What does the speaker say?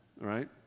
right